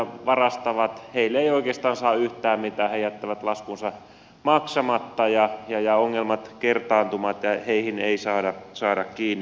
heille ei oikeastaan saa yhtään mitään he jättävät laskunsa maksamatta ja ongelmat kertaantuvat ja heitä ei saada kiinni